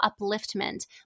upliftment